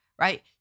right